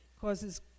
causes